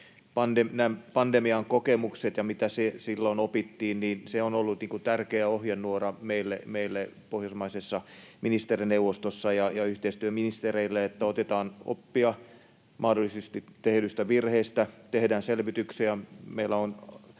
pandemian kokemukset ja sen, mitä silloin opittiin. On ollut tärkeä ohjenuora meille Pohjoismaisessa ministerineuvostossa ja yhteistyöministereille, että otetaan oppia mahdollisesti tehdyistä virheistä, tehdään selvityksiä